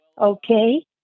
okay